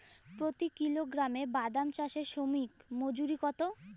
প্রতি কিলোগ্রাম বাদাম চাষে শ্রমিক মজুরি কত?